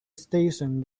station